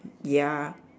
ya